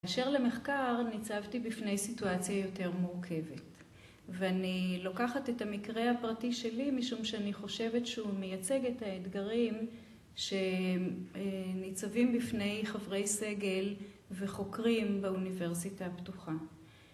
אשר למחקר, ניצבתי בפני סיטואציה יותר מורכבת. ואני לוקחת את המקרה הפרטי שלי, משום שאני חושבת שהוא מייצג את האתגרים שניצבים בפני חברי סגל וחוקרים באוניברסיטה הפתוחה.